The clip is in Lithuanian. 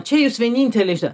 čia jūs vieninteliai žinot